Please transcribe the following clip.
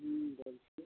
হুম বলছি